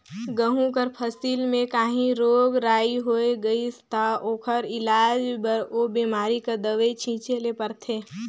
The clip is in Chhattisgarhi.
गहूँ कर फसिल में काहीं रोग राई होए गइस ता ओकर इलाज बर ओ बेमारी कर दवई छींचे ले परथे